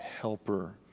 Helper